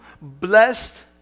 blessed